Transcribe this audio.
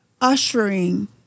ushering